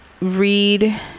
read